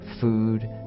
food